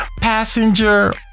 passenger